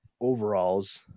overalls